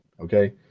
Okay